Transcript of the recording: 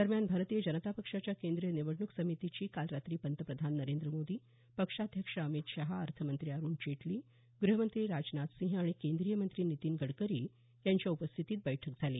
दरम्यान भारतीय जनता पक्षाच्या केंद्रीय निवडणूक समितीची काल रात्री पंतप्रधान नरेंद्र मोदी पक्षाध्यक्ष अमित शहा अर्थमंत्री अरूण जेटली ग्रहमंत्री राजनाथ सिंह आणि केंद्रीय मंत्री नितीन गडकरी यांच्या उपस्थितीत बैठक झाली